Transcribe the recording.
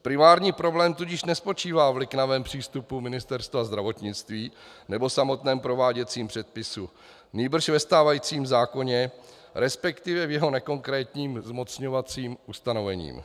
Primární problém tudíž nespočívá v liknavém přístupu Ministerstva zdravotnictví nebo v samotném prováděcím předpisu, nýbrž ve stávajícím zákoně, respektive v jeho nekonkrétním zmocňovacím ustanovení.